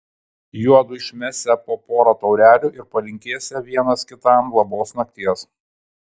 juodu išmesią po porą taurelių ir palinkėsią vienas kitam labos nakties